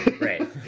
Right